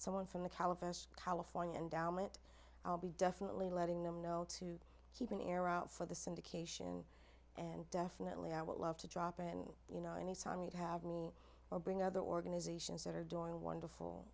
someone from the caliph california endowment i'll be definitely letting them know to keep an air out for the syndication and definitely i would love to drop in you know any time you'd have me bring other organizations that are doing wonderful